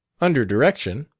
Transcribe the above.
under direction.